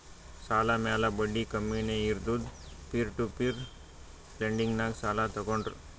ಸಾಲ ಮ್ಯಾಲ ಬಡ್ಡಿ ಕಮ್ಮಿನೇ ಇರ್ತುದ್ ಪೀರ್ ಟು ಪೀರ್ ಲೆಂಡಿಂಗ್ನಾಗ್ ಸಾಲ ತಗೋಂಡ್ರ್